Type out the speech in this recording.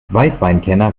weißweinkenner